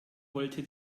wollte